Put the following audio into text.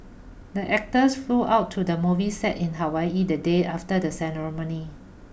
the actors flew out to the movie set in Hawaii the day after the ceremony